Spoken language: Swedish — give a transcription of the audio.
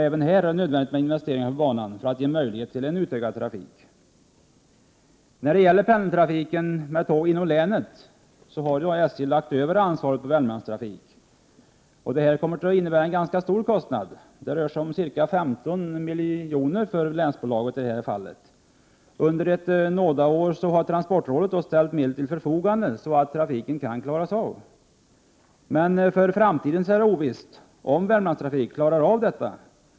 Även här är det nödvändigt med investeringar i När det gäller pendeltrafiken med tåg inom länet har SJ lagt över ansvaret på Värmlandstrafik. Det kommer att innebära en ganska stor kostnad. Det rör sig om ca 15 miljoner för länsbolaget i detta fall. Transportrådet har ställt medel till förfogande under ett nådeår, så att trafiken kan klaras av. Det är emellertid ovisst inför framtiden om Värmlandstrafik klarar av detta.